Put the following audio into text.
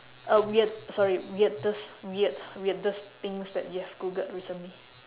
a weird sorry weirdest weird weirdest things that you have googled recently